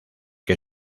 que